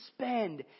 spend